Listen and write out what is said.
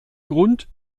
grund